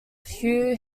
hugh